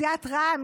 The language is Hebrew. סיעת רע"מ,